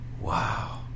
Wow